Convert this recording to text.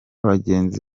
bagenzi